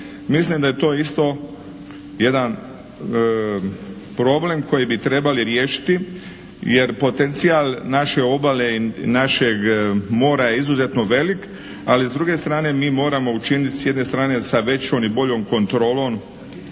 Mislim da je to isto jedan problem koji bi trebali riješiti jer potencijal naše obale, našeg mora je izuzetno velik ali s druge strane mi moramo učinit s jedne strane sa većom i boljom kontrolom